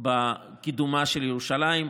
בקידומה של ירושלים,